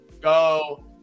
go